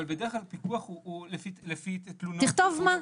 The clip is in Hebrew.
אבל בדרך כלל פיקוח הוא לפי תלונות -- נכון,